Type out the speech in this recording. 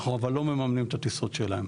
אבל אנחנו אל מממנים את הטיסות שלהם.